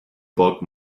book